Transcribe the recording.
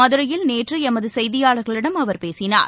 மதுரையில் நேற்று எமது செய்தியாளரிடம் அவர் பேசினார்